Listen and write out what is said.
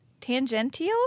tangential